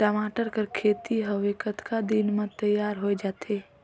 टमाटर कर खेती हवे कतका दिन म तियार हो जाथे?